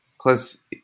Plus